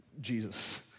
Jesus